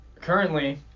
currently